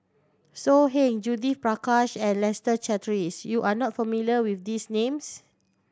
So Heng Judith Prakash and Leslie Charteris you are not familiar with these names